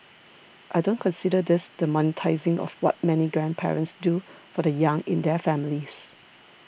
I don't consider this the monetising of what many grandparents do for the young in their families